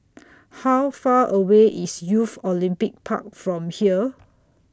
How Far away IS Youth Olympic Park from here